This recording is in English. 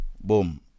Boom